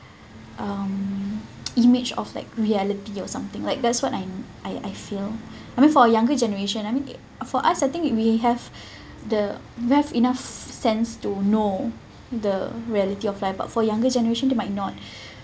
um image of like reality or something like that's what I'm I I feel I mean for younger generation I mean for us I think we have the we have enough sense to know the reality of life but for younger generation they might not